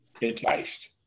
enticed